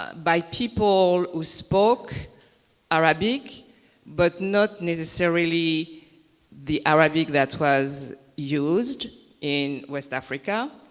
by people who spoke arabic but not necessarily the arabic that was used in west africa.